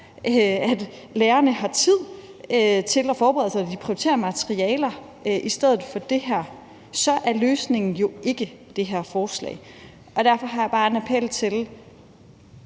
at lærerne har tid til at forberede sig og prioriterer materialer i stedet for det her, så er løsningen jo ikke det her forslag. Derfor har jeg bare en appel.